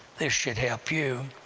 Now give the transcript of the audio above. this should help you.